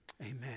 amen